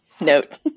note